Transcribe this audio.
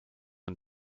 and